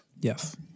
Yes